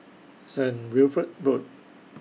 Saint Wilfred Road